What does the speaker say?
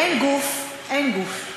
אין גוף, אין גוף,